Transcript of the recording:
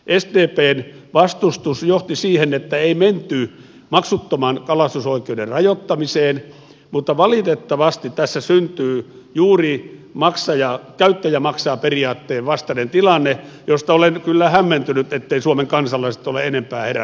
sdpn vastustus johti siihen että ei menty maksuttoman kalastusoikeuden rajoittamiseen mutta valitettavasti tässä syntyy juuri käyttäjä maksaa periaatteen vastainen tilanne josta olen kyllä hämmentynyt etteivät suomen kansalaiset ole enempää heränneet keskustelemaan